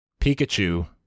Pikachu